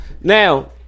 Now